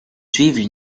suivent